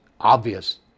obvious